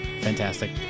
Fantastic